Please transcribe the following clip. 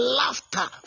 laughter